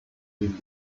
den